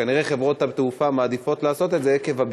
שכן כנראה חברות התעופה מעדיפות לעשות את זה